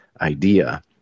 idea